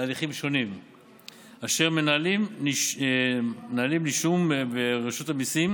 להליכים שונים אשר מנהלים נישום ורשות המיסים